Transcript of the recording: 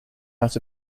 out